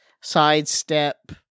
sidestep